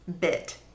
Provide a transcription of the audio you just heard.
bit